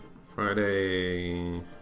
Friday